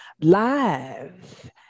live